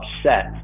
upset